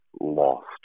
lost